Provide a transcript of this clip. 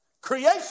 creation